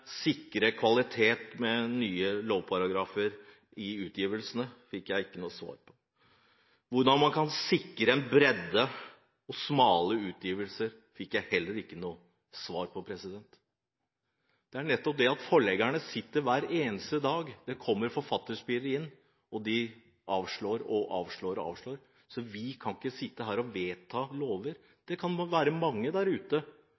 sikre kvalitet med nye lovparagrafer i utgivelsene? Det fikk jeg ikke noe svar på. Hvordan kan man sikre brede og smale utgivelser? Det fikk jeg heller ikke noe svar på. Forleggerne sitter hver eneste dag og avslår når det kommer forfatterspirer inn. Vi kan ikke sitte her og vedta lover når det kan være mange der ute